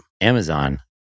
Amazon